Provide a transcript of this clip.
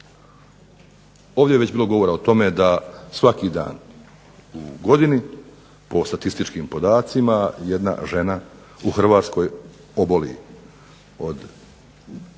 Ovdje je već bilo govora o tome da svaki dan u godini po statističkim podacima jedna žena u Hrvatskoj oboli od